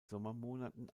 sommermonaten